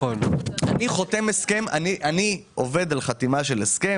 אני עובד על חתימה של הסכם.